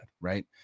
right